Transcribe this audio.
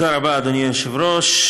תודה רבה, אדוני היושב-ראש.